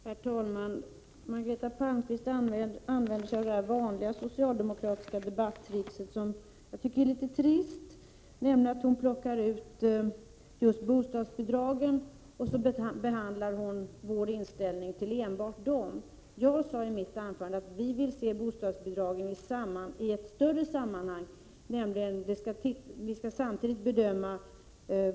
Herr talman! Margareta Palmqvist använde sig av socialdemokraternas vanliga debattrick, och det tycker jag är litet trist. Hon plockar alltså ut just bostadsbidragen och berör enbart vår inställning till dessa. Men jag sade i mitt anförande att vi vill beakta bostadsbidragen i ett större sammanhang.